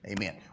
amen